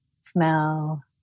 smell